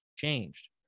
changed